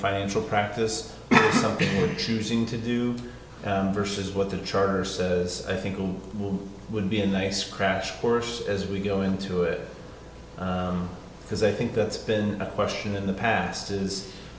financial practice in choosing to do versus what the charter says i think it would be a nice crash course as we go into it because i think that's been a question in the past is